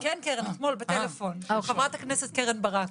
כן קרן, אתמול בטלפון, עם חברת הכנסת קרן ברק.